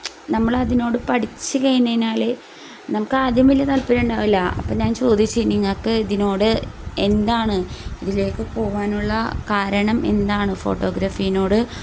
നമ്മളതിനോട് പഠിച്ച് കഴിഞ്ഞു കഴിഞ്ഞാൽ നമുക്കാദ്യം വലിയ താല്പര്യം ഉണ്ടാവില്ല അപ്പോൾ ഞാൻ ചോദിച്ച് നിങ്ങൾക്ക് ഇതിനോട് എന്താണ് ഇതിലേക്ക് പോവാനുള്ള കാരണം എന്താണ് ഫോട്ടോഗ്രാഫിയിനോട്